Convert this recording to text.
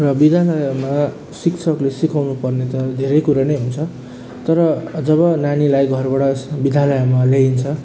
र विद्यालयमा शिक्षकले सिकाउनु पर्ने त धेरै कुरो नै हुन्छ तर जब नानीलाई घरबाट विद्यालयमा ल्याइन्छ